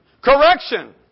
correction